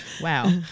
wow